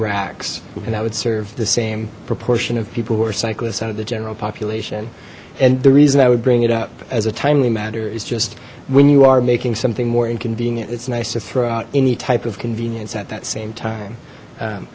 racks and i would serve the same proportion of people who are cyclists out of the general population and the reason i would bring it up as a timely matter is just when you are making something more inconvenient it's nice to throw out any type of convenience at that same time